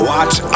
Watch